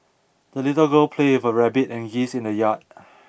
the little girl played with her rabbit and geese in the yard